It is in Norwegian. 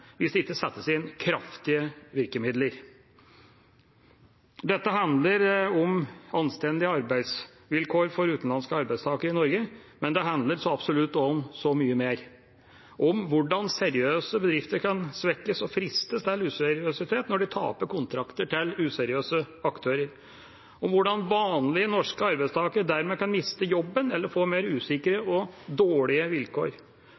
hvis det ikke settes inn kraftige virkemidler. Dette handler om anstendige arbeidsvilkår for utenlandske arbeidstakere i Norge, men det handler så absolutt også om så mye mer – om hvordan seriøse bedrifter kan svekkes og fristes til å bli useriøse når de taper kontrakter til useriøse aktører, om hvordan vanlige norske arbeidstakere dermed kan miste jobben eller få mer usikre og dårlige vilkår,